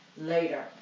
later